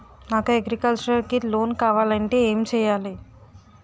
నాకు అగ్రికల్చర్ కి లోన్ కావాలంటే ఏం చేయాలి?